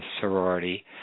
sorority